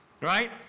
right